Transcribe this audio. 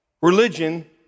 Religion